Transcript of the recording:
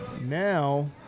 Now